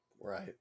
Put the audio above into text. Right